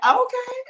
okay